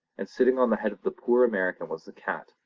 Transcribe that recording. and sitting on the head of the poor american was the cat,